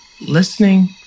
Listening